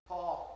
Paul